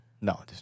no